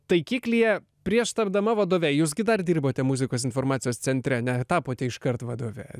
taikiklyje prieš tapdama vadove jūs gi dar dirbote muzikos informacijos centre netapote iškart vadove